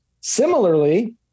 Similarly